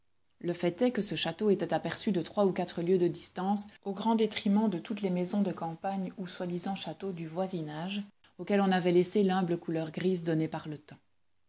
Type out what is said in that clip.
le fait est que ce château était aperçu de trois ou quatre lieues de distance au grand détriment de toutes les maisons de campagne ou soi-disant châteaux du voisinage auxquels on avait laissé l'humble couleur grise donnée par le temps